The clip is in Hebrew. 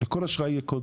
לכל אשרה יהיה קוד.